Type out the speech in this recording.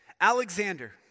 Alexander